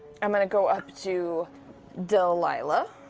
i'm going to go up to delilah.